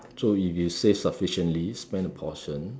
so if you save sufficiently spend a portion